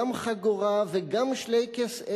גם חגורה וגם שלייקעס,